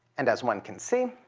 and as one can see,